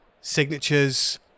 signatures